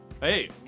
Hey